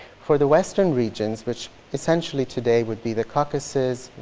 for the western regions, which essentially today would be the caucasus,